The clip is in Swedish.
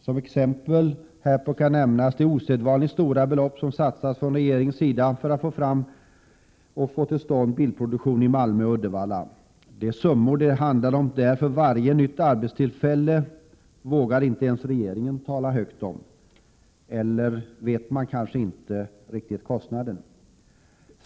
Som exempel härpå kan nämnas de osedvanligt stora belopp som satsats från regeringens sida för att få till stånd bilproduktion i Malmö och Uddevalla. De summor det handlar om för varje nytt arbetstillfälle vågar inte ens regeringen tala högt om — eller man kanske inte riktigt vet hur stora de är.